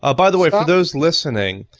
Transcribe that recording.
ah by the way for those listening,